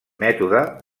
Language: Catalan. mètode